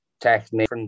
technique